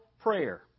prayer